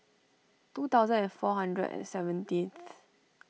two thousand and four hundred and seventeenth